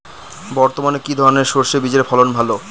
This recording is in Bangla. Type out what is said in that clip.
বর্তমানে কি ধরনের সরষে বীজের ফলন ভালো?